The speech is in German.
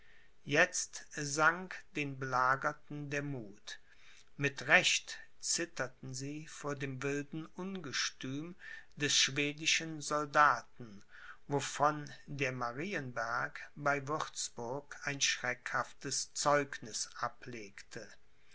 jetzt sank den belagerten der muth mit recht zitterten sie vor dem wilden ungestüm des schwedischen soldaten wovon der marienberg bei würzburg ein schreckhaftes zeugniß ablegte